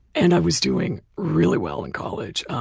and i was doing really well in college.